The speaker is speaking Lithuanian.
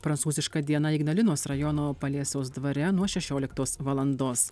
prancūziška diena ignalinos rajono paliesiaus dvare nuo šešioliktos valandos